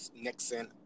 Nixon